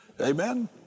Amen